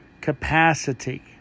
capacity